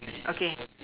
okay